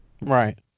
Right